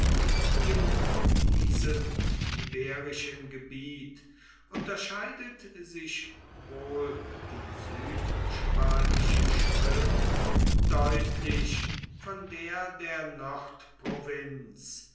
in diesem iberischen gebiet unterscheidet sich wohl die südspanische schrift deutlich von der der